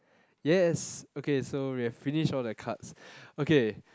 yes okay so we have finished all the cards okay